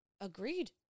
Agreed